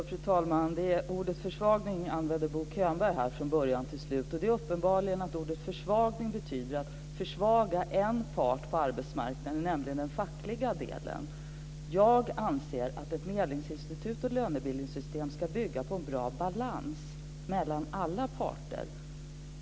Fru talman! Ordet försvagning använde Bo Könberg här från början till slut. Uppenbarligen betyder ordet försvagning att försvaga en part på arbetsmarknaden, nämligen den fackliga parten. Jag anser att ett medlingsinstitut och ett lönebildningssystem ska bygga på en bra balans mellan alla parter.